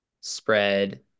spread